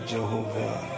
Jehovah